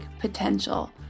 potential